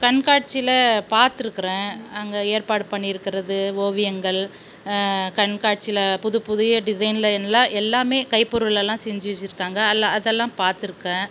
கண்காட்சியில் பார்த்துருக்குறேன் அங்கே ஏற்பாடு பண்ணியிருக்கிறது ஓவியங்கள் கண்காட்சியில் புது புதிய டிசைனில் எல்லாம் எல்லாமே கைப் பொருகளெல்லாம் செஞ்சு வச்சுருக்காங்க அல்ல அதெல்லாம் பார்த்துருக்கேன்